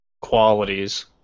qualities